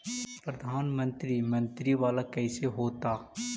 प्रधानमंत्री मंत्री वाला कैसे होता?